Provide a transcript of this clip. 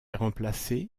remplacées